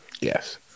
Yes